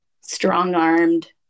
strong-armed